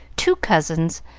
two cousins,